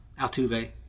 Altuve